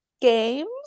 games